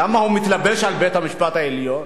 למה הוא מתלבש על בית-המשפט העליון?